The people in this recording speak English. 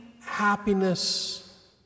happiness